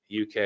UK